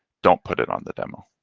don't put it on the demo.